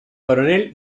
coronel